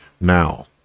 now